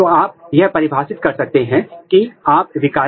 फिर आपको ऊतकों को ठीक करना है